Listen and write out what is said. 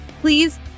Please